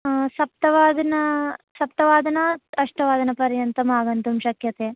सप्तवादनात् अष्टवादनपर्यन्तमागन्तुं शक्यते